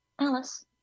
Alice